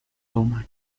toma